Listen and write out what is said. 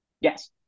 Yes